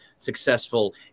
successful